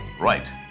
Right